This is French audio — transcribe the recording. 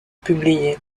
publié